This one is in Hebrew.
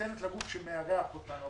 שניתנת לגוף שמארח אותנו.